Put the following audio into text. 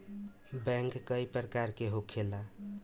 bank कई प्रकार के होखेला